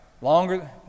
Longer